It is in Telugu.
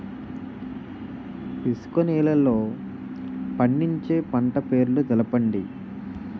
ఇసుక నేలల్లో పండించే పంట పేర్లు తెలపండి?